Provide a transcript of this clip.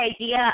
idea